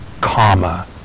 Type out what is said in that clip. comma